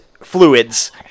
fluids